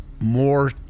more